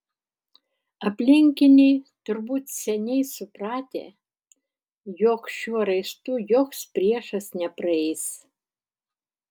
aplinkiniai turbūt seniai supratę jog šiuo raistu joks priešas nepraeis